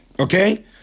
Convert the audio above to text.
Okay